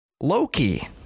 Loki